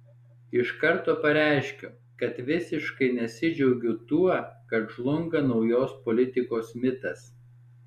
iš karto pareiškiu kad visiškai nesidžiaugiu tuo kad žlunga naujos politikos mitas